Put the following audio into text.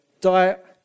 diet